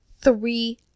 three